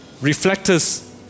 reflectors